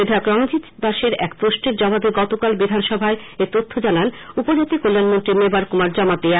বিধায়ক রঞ্জিত দাসের এক প্রশ্নের জবাবে গতকাল বিধানসভায় এ তখ্য জানান উপজাতি কল্যাণমন্ত্রী মেবার কুমার জমাতিয়া